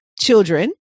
children